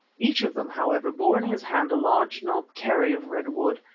each of them, however, bore in his hand a large knobkerry of red-wood,